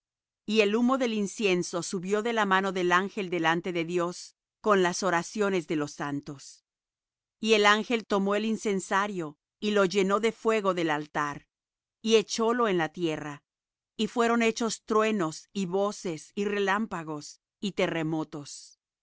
y el humo del incienso subió de la mano del ángel delante de dios con las oraciones de los santos y el ángel tomó el incensario y lo llenó del fuego del altar y echólo en la tierra y fueron hechos truenos y voces y relámpagos y terremotos y